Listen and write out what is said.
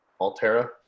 Altera